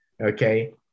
okay